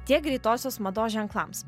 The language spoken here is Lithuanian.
tiek greitosios mados ženklams